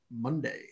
Monday